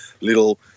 little